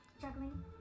Juggling